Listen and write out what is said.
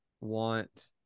want